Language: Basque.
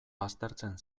baztertzen